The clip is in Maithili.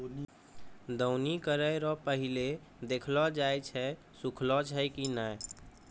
दौनी करै रो पहिले देखलो जाय छै सुखलो छै की नै